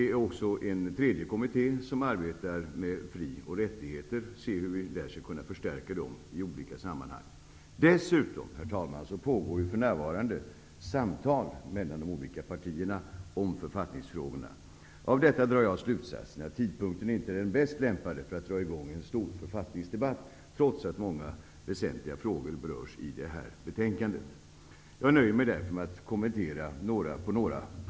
Den tredje kommittén arbetar med fri och rättigheter för att se över hur vi i olika sammanhang skall kunna förstärka dem. Dessutom, herr talman, pågår för närvarande samtal mellan de olika partierna om författningsfrågorna. Av detta drar jag slutsatsen att tidpunkten inte är den bäst lämpade att dra i gång en stor författningsdebatt, trots att många väsentliga frågor berörs i detta betänkande. Jag nöjer mig därför med att kommentera några punkter.